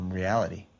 reality